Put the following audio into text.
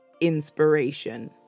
inspiration